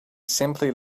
simply